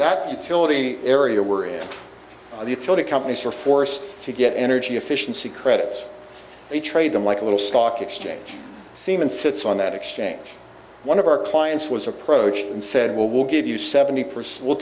that utility area we're in the field of companies are forced to get energy efficiency credits they trade them like a little stock exchange seaman sits on that exchange one of our clients was approached and said well we'll give you seventy percent we'll